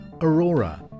aurora